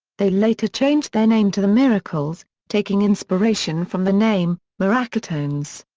they later changed their name to the miracles, taking inspiration from the name, miracletones.